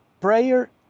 prayer